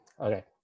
Okay